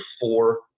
four